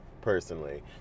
personally